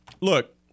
Look